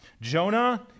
Jonah